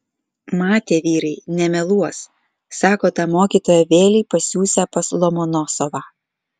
matė vyrai nemeluos sako tą mokytoją vėlei pasiųsią pas lomonosovą